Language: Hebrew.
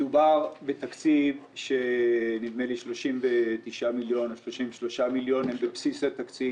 מדובר בתקציב של 39 מיליון שהם בבסיס התקציב